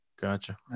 gotcha